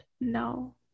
No